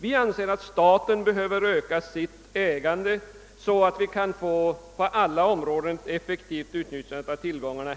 Vi anser att staten behöver öka sitt ägande för att det på alla områden skall kunna bli ett effektivt utnyttjande av tillgångarna.